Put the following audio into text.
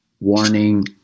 warning